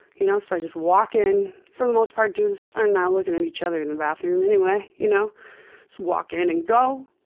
you know so i just walk in for the most part dudes are not looking at each other in the bathroom anyway. you know so walk in and go,